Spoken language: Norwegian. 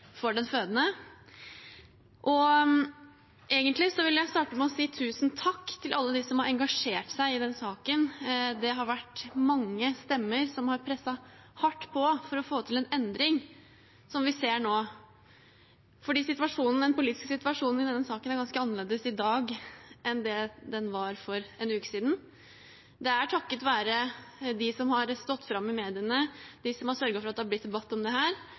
den fødende. Egentlig vil jeg starte med å si tusen takk til alle dem som har engasjert seg i denne saken. Det har vært mange stemmer som har presset hardt på for å få til den endring som vi ser nå. Den politiske situasjonen i denne saken er ganske annerledes i dag enn den var for en uke siden. Det er takket være de som har stått fram i mediene, de som har sørget for at det er blitt debatt om dette, jeg opplever at regjeringspartiene nå endelig kommer etter og sier at ja, det